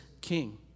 king